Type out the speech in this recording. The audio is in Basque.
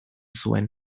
zuen